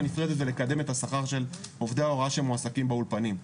נפרדת ולקדם את השכר של עובדי ההוראה שמועסקים באולפנים.